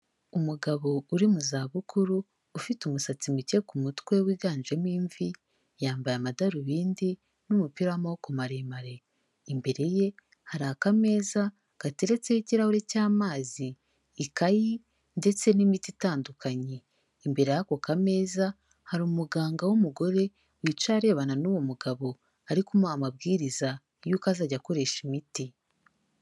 Umugabo uri mu zabukuru ufite umusatsi muke ku mutwe wiganjemo imvi, yambaye amadarubindi n'umupira w'amaboko maremare. Imbere ye hari akameza gateretseho ikirahure cy'amazi, ikayi ndetse n'imitii itandukanye. Imbere y'ako kameza hari umuganga w'umugore wicaye arebana n'uwo mugabo, ari kumuha amabwiriza y'uko azajya akoresha imiti.